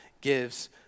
gives